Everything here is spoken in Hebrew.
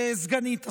סגנית השר,